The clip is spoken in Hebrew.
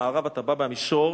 במערב אתה בא מהמישור,